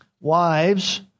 Wives